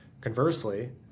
Conversely